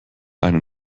einen